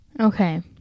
okay